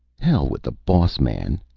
hell with the boss man.